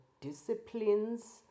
disciplines